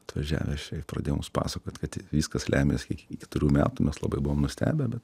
atvažiavęs čia ir pradėjo mus pasakot kad viskas lemias iki iki kturių metų mes labai buvom nustebę bet